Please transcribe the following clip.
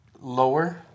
lower